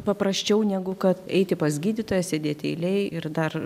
paprasčiau negu kad eiti pas gydytoją sėdėti eilėj ir dar